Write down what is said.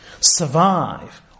survive